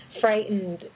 frightened